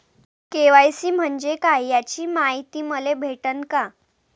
KYC म्हंजे काय याची मायती मले भेटन का?